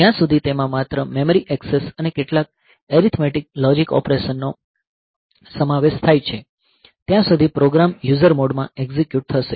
જ્યાં સુધી તેમાં માત્ર મેમરી એક્સેસ અને કેટલાક એરિથમેટિક લોજીક ઓપરેશનનો સમાવેશ થાય છે ત્યાં સુધી પ્રોગ્રામ યુઝર મોડમાં એક્ઝિક્યુટ થશે